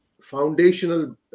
foundational